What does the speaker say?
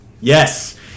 Yes